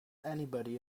anybody